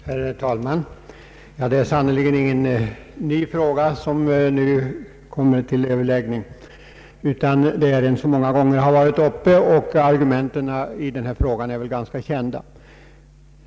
Herr talman! Det är sannerligen ingen ny fråga som nu kommer upp till överläggning, utan det är en som har varit uppe många gånger, och argumenten är väl kända.